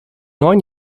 neun